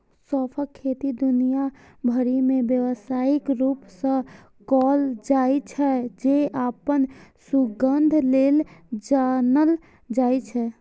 सौंंफक खेती दुनिया भरि मे व्यावसायिक रूप सं कैल जाइ छै, जे अपन सुगंध लेल जानल जाइ छै